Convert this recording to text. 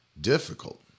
difficult